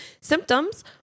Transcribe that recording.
symptoms